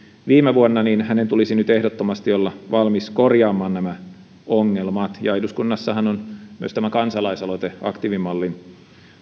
viime vuonna tulisi ehdottomasti olla valmis korjaamaan nämä ongelmat ja eduskunnassahan on myös tämä kansalaisaloite aktiivimallin